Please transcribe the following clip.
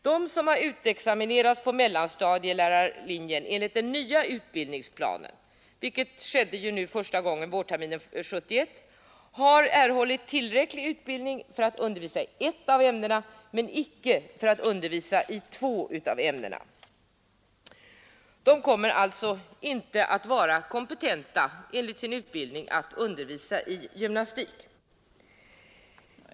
De som har utexaminerats på mellanstadielärarlinjen enligt den nya utbildningsplanen, vilket skedde första gången vårterminen 1971, har erhållit tillräcklig utbildning för att undervisa i ett av ämnena men icke för att undervisa i båda ämnena. Vissa kommer alltså enligt sin utbildning inte att vara kompetenta att undervisa i gymnastik.